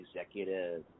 executive